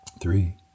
three